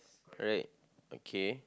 correct okay